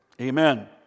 Amen